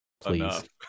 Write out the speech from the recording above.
please